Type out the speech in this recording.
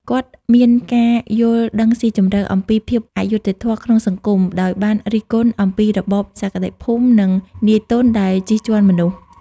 គាត់មានការយល់ដឹងស៊ីជម្រៅអំពីភាពអយុត្តិធម៌ក្នុងសង្គម ដោយបានរិះគន់អំពីរបបសក្តិភូមិ និងនាយទុនដែលជិះជាន់មនុស្ស។